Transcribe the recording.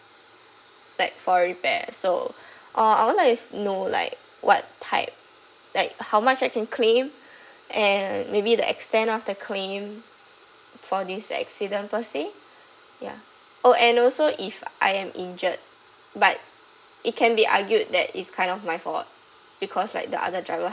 like for repair so uh I want to like know like what type like how much I can claim and maybe the extent of the claim for this accident per se ya oh and also if I am injured but it can be argued that it's kind of my fault because like the other driver